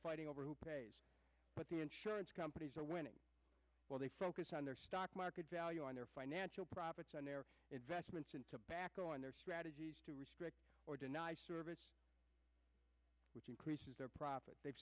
fighting over who pays what the insurance companies are winning where they focus on their stock market value on their financial profits and their investments in tobacco on their strategy to restrict or deny service which increases their profit they've